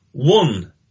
One